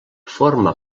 forma